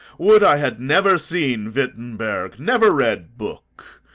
would i had never seen wittenberg, never read book!